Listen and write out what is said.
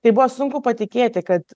tai buvo sunku patikėti kad